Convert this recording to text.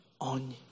on